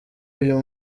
uyu